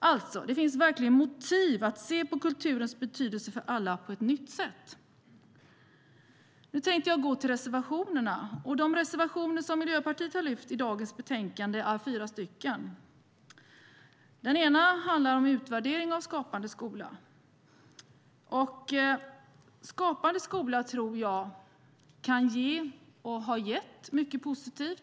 Det finns alltså verkligen motiv för att se på kulturens betydelse för alla på ett nytt sätt. Nu tänkte jag gå till reservationerna. De reservationer som Miljöpartiet har lyft upp i dagens betänkanden är fyra. En handlar om utvärdering av Skapande skola. Skapande skola tror jag kan ge och har gett mycket positivt.